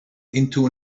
into